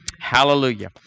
Hallelujah